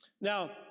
Now